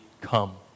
come